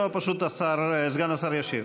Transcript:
או פשוט סגן השר ישיב?